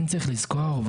זה